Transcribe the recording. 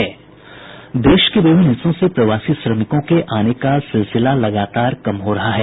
देश के विभिन्न हिस्सों से प्रवासी श्रमिकों के आने का सिलसिला लगातार कम हो रहा है